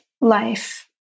life